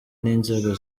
n’inzego